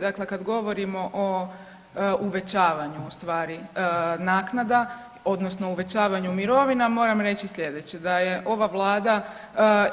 Dakle, kad govorimo o uvećavanju u stvari naknada odnosno uvećavanju mirovina moram reći slijedeće da je ova vlada